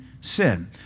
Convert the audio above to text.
sin